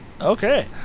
Okay